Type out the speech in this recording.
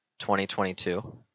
2022